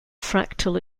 fractal